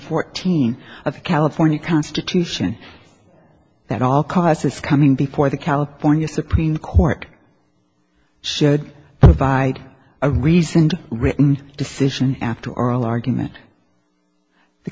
fourteen of california constitution that all causes coming before the california supreme court should provide a reasoned written decision after oral argument the